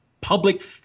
public